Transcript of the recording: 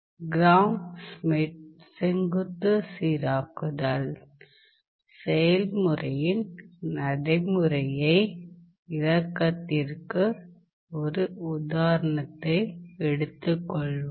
gram Schmidt செங்குத்து சீராக்குதல் செயல்முறையின் நடைமுறை விளக்கத்திற்கு ஒரு உதாரணத்தை எடுத்துக்கொள்வோம்